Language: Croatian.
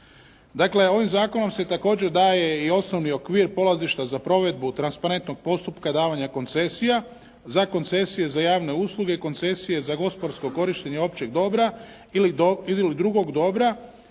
Dakle, ovim zakonom se također daje i osnovni okvir polazišta za provedbu transparentnog postupka davanja koncesija za koncesije za javne usluge, koncesije za gospodarsko korištenje općeg dobra ili drugog dobra,